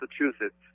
Massachusetts